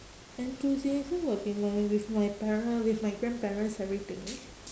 enthusiasm would be my with my pare~ with my grandparents everything